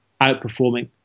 outperforming